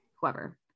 whoever